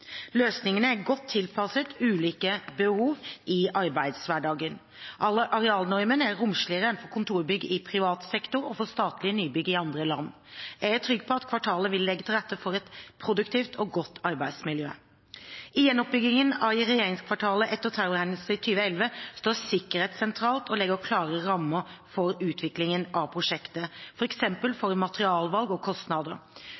er godt tilpasset ulike behov i arbeidshverdagen. Arealnormen er romsligere enn for kontorbygg i privat sektor og for statlige nybygg i andre land. Jeg er trygg på at kvartalet vil legge til rette for et produktivt og godt arbeidsmiljø. I gjenoppbyggingen av regjeringskvartalet etter terrorhendelsen i 2011 står sikkerhet sentralt og legger klare rammer for utviklingen av prosjektet,